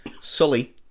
Sully